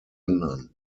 ändern